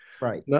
Right